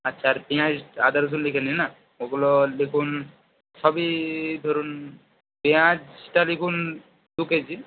আচ্ছা আর পিঁয়াজ আদা রসুন লেখেননি না ওগুলো লিখুন সবই ধরুন পিঁয়াজটা লিখুন দুকেজি